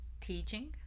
teaching